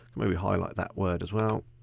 maybe highlight that word as well.